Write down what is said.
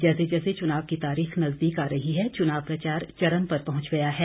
जैसे जैसे चुनाव की तारीख नजदीक आ रही है चुनाव प्रचार चरम पर पहुंच गया है